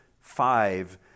five